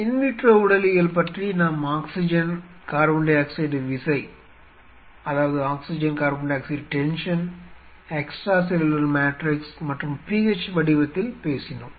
vitro உடலியல் பற்றி நாம் ஆக்ஸிஜன் CO2 விசை எக்ஸ்ட்ரா செல்லுலார் மேட்ரிக்ஸ் மற்றும் pH வடிவத்தில் பேசினோம்